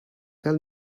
tell